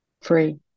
free